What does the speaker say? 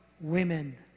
women